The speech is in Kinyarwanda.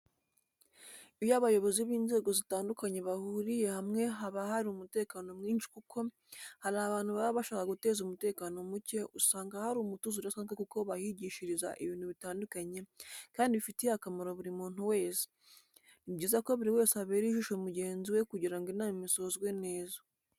Iyo abayobozi b'inzego zitandukanye bahuriye hamwe haba hari umutekano mwinshi kuko hari abantu baba bashaka guteza umutekano muke, usanga hari umutuzo udasanzwe kuko bahigishiriza ibintu bitandukanye kandi bifitiye akamaro buri muntu wese, ni byiza ko buri wese abera ijisho mu genzi we kugira ngo inama isozwe neza.